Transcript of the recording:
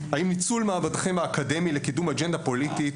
האם ניצול מעמדכם האקדמי לקידום אג'נדה פוליטית,